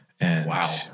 Wow